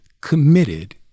committed